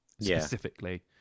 specifically